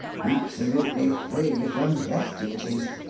absolutely free from death duties.